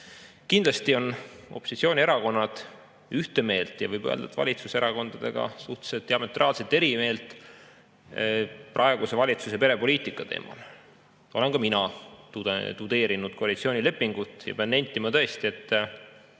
Kindlasti on opositsioonierakonnad ühte meelt, ja võib öelda, et valitsuserakondadega suhteliselt diametraalselt eri meelt praeguse valitsuse perepoliitika teemal. Ma olen ka tudeerinud koalitsioonilepingut ja pean nentima, et